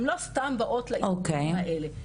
הן לא סתם באות לארגונים האלה,